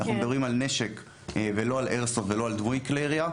אנחנו מדברים על נשק ולא על איירסופט ולא על דמוי כלי ירייה.